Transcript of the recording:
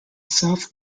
south